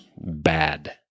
bad